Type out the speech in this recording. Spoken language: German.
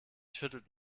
schüttelt